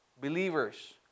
Believers